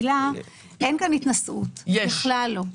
אין כאן התנשאות, בכלל לא.